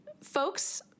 Folks